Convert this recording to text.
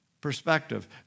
perspective